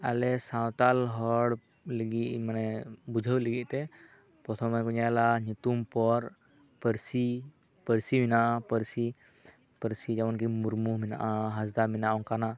ᱟᱞᱮ ᱥᱟᱱᱛᱟᱲ ᱦᱚᱲ ᱞᱟᱹᱜᱤᱫ ᱢᱟᱱᱮ ᱵᱩᱡᱷᱟᱹᱣ ᱞᱟᱹᱜᱤᱫ ᱛᱮ ᱯᱨᱚᱛᱷᱚᱢ ᱨᱮᱠᱚ ᱧᱮᱞᱟ ᱧᱩᱛᱩᱢ ᱯᱚᱨ ᱯᱟᱹᱨᱤᱥ ᱯᱟᱹᱨᱤᱥ ᱢᱮᱱᱟᱜᱼᱟ ᱯᱟᱹᱨᱤᱥ ᱯᱟᱹᱨᱤᱥ ᱡᱮᱢᱚᱱ ᱜᱮ ᱢᱩᱨᱢᱩ ᱢᱮᱱᱟᱜᱼᱟ ᱦᱟᱸᱥᱫᱟ ᱢᱮᱱᱟᱜᱼᱟ ᱚᱱᱠᱟᱱᱟᱜ